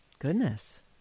goodness